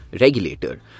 regulator